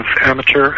amateur